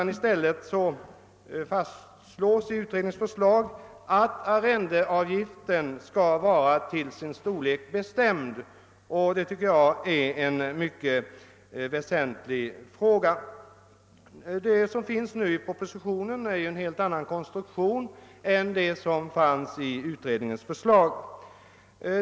I stället fastslås i utredningens förslag att arrendeavgiften skall vara till sin storlek bestämd, och det tycker jag är mycket väsentligt. I propositionen finns nu en helt annan konstruktion än den som fanns i utredningens förslag.